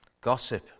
Gossip